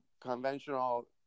conventional